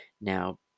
now